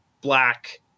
Black